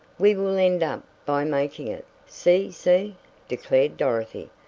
we will end up by making it see see declared dorothy,